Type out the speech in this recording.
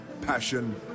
passion